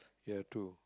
ya two